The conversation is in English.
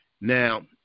now